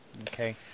Okay